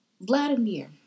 Vladimir